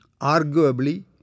Arguably